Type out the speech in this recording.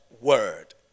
word